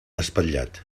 espatllat